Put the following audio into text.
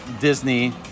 Disney